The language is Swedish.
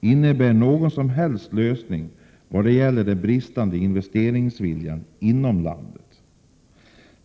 innebär någon som helst lösning när det gäller den bristande investeringsviljan inom landet.